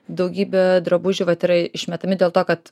daugybę drabužių vat yra išmetami dėl to kad